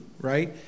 right